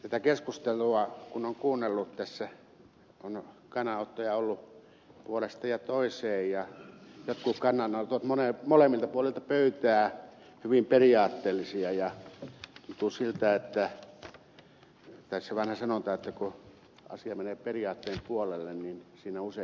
tätä keskustelua kun on kuunnellut on kannanottoja ollut puoleen ja toiseen ja jotkut kannanotot molemmilta puolilta pöytää ovat olleet hyvin periaatteellisia ja tuntuu todelta taas se vanha sanonta että kun asia menee periaatteen puolelle niin siinä usein järki katoaa